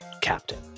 captain